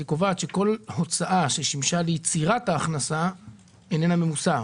היא קובעת שכל הוצאה ששימשה ליצירת ההכנסה אינה ממוסה,